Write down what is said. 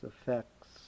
effects